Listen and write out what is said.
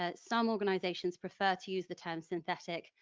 ah some organisations prefer to use the term synthetic,